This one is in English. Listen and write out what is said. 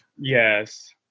Yes